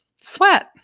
Sweat